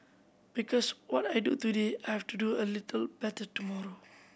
because what I do today I have to do a little better tomorrow